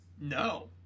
No